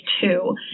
two